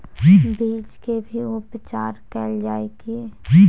बीज के भी उपचार कैल जाय की?